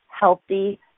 healthy